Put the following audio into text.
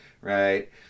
Right